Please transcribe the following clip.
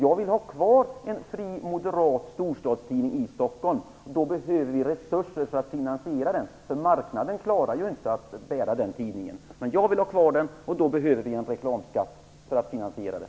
Jag vill ha kvar en fri moderat storstadstidning i Stockholm. Då behöver vi resurser för att finansiera den, för marknaden klarar inte att bära den tidningen. Jag vill ha kvar den, och då behöver vi en reklamskatt för att finansiera det.